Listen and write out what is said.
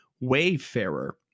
Wayfarer